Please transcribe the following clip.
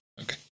Okay